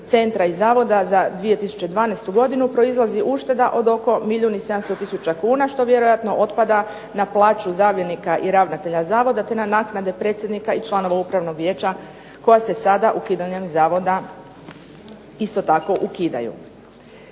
centra i zavoda za 2012. godinu proizlazi ušteda od oko milijun i 700 tisuća kuna što vjerojatno otpada na plaću zamjenika i ravnatelja zavoda te na naknade predsjednika i članova upravnog vijeća koja se sada ukidanjem zavoda isto tako ukidaju.